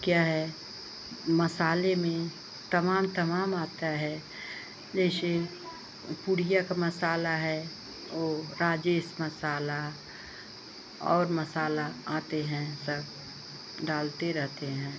क्या है मसाले में तमाम तमाम आता है जैशे पुड़िया का मसाला है वो राजेश मसाला और मसाले आते हैं सब डालते रहते हैं